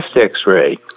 X-ray